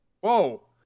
Whoa